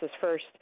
first